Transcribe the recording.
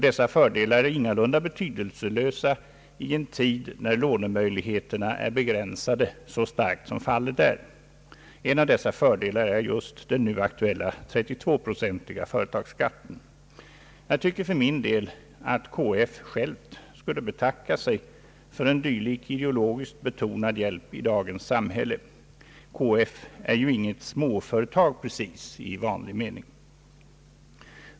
Dessa fördelar är ingalunda betydelselösa i en tid när lånemöjligheterna är så starkt begränsade som fallet nu är. En av dessa fördelar är den nu aktuella 32-procentiga företagsskatten. Jag tycker att EF självt skulle betacka sig för en dylik ideologiskt betonad hjälp i dagens samhälle — KF är ju inte precis något småföretag i vanlig mening.